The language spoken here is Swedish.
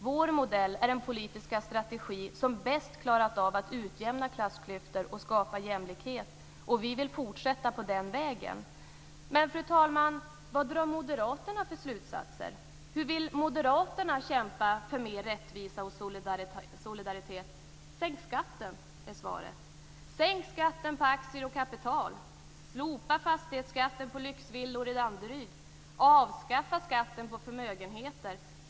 Vår modell är den politiska strategi som bäst klarat av att utjämna klassklyftor och skapa jämlikhet. Vi vill fortsätta på den vägen. Men, fru talman, vad drar moderaterna för slutsatser? Hur vill moderaterna kämpa för mer rättvisa och solidaritet? Sänk skatten, är svaret. Sänk skatten på aktier och kapital! Slopa fastighetsskatten på lyxvillor i Danderyd! Avskaffa skatten på förmögenheter!